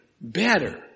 better